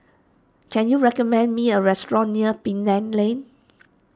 can you recommend me a restaurant near Penang Lane